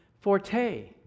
forte